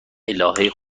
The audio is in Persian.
الهه